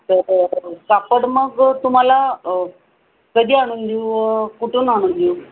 तर कापड मग तुम्हाला कधी आणून देऊ कुठून आणून देऊ